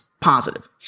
positive